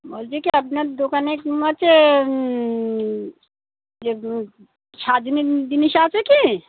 বলছি কি আপনার দোকানের কি আছে যে সাজার জিনিস আছে কি